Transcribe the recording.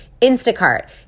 Instacart